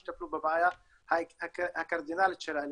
שיטפלו בבעיה הקרדינלית של האלימות.